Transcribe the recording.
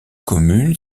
commune